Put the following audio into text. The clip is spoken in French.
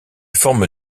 forme